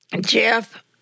Jeff